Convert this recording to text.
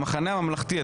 המחנה הממלכתי,